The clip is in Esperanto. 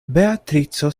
beatrico